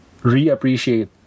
reappreciate